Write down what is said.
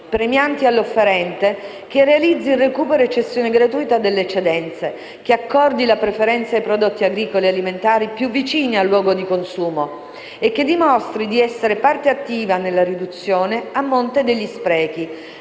premianti all'offerente che realizzi il recupero e cessione gratuita delle eccedenze, che accordi la preferenza ai prodotti agricoli e alimentari più vicini al luogo di consumo e che dimostri di essere parte attiva nella riduzione a monte degli sprechi,